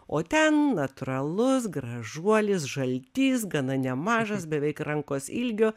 o ten natūralus gražuolis žaltys gana nemažas beveik rankos ilgio